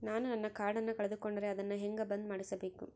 ನಾನು ನನ್ನ ಕಾರ್ಡನ್ನ ಕಳೆದುಕೊಂಡರೆ ಅದನ್ನ ಹೆಂಗ ಬಂದ್ ಮಾಡಿಸಬೇಕು?